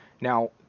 Now